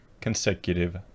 consecutive